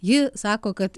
ji sako kad